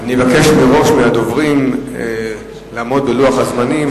אני מבקש מראש מהדוברים לעמוד בלוח הזמנים.